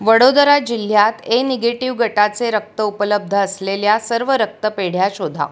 वडोदरा जिल्ह्यात A negative गटाचे रक्त उपलब्ध असलेल्या सर्व रक्तपेढ्या शोधा